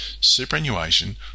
superannuation